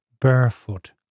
barefoot